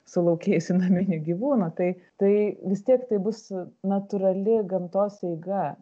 sulaukėjusį naminių gyvūnų tai tai vis tiek tai bus natūrali gamtos eiga